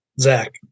Zach